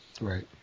Right